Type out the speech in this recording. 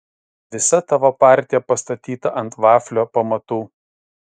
visa tavo partija pastatyta ant vaflio pamatų